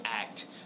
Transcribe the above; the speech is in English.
act